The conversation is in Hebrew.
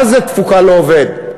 מה זה תפוקה לעובד?